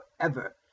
forever